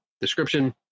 description